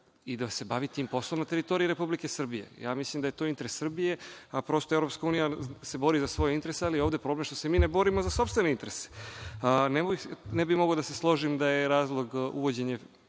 i da se bavi tim poslom na teritoriji Republike Srbije. Ja mislim da je to interes Srbije. Evropska unija se bori za svoje interese, ali je ovde problem što se mi ne borimo za sopstvene interese. Ne bih mogao da se složim da je razlog uvođenje